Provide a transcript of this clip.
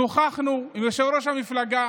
שוחחנו עם יושב-ראש המפלגה